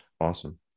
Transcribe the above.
Awesome